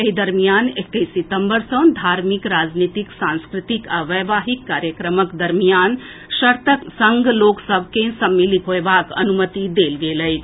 एहि दरमियान एक्कैस सितम्बर सँ धार्मिक राजनीतिक सांस्कृतिक आ वैवाहिक कार्यक्रमक दरमियान शर्तक संग लोक सभ के सम्मिलित होएबाक अनुमति देल गेल अछि